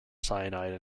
cyanide